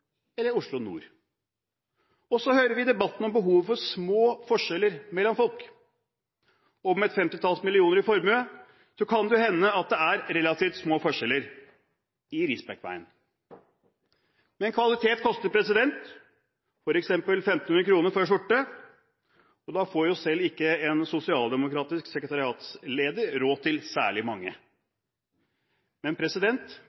eller Oslo nord. Så hører vi debatten om behovet for små forskjeller mellom folk. Med et femtitalls millioner i formue kan det jo hende at det er relativt små forskjeller – i Risbekkveien. Men kvalitet koster – f.eks. 1 500 kr for en skjorte. Da får jo selv ikke en sosialdemokratisk sekretariatsleder råd til særlig